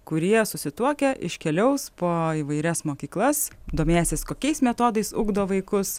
kurie susituokę iškeliaus po įvairias mokyklas domėsis kokiais metodais ugdo vaikus